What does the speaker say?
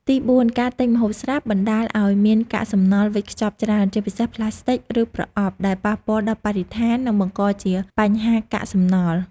ទីបួន ការទិញម្ហូបស្រាប់បណ្តាលឱ្យមាន កាកសំណល់វេចខ្ចប់ច្រើន ជាពិសេសប្លាស្ទិក ឬប្រអប់ ដែលប៉ះពាល់ដល់បរិស្ថាន និងបង្កជាបញ្ហាកាកសំណល់។